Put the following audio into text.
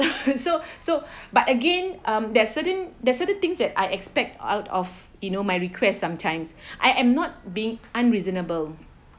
so so but again mm there certain there's certain things that I expect out of you know my request sometimes I am not being unreasonable